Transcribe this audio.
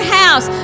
house